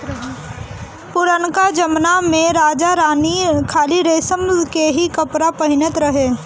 पुरनका जमना में राजा रानी खाली रेशम के ही कपड़ा पहिनत रहे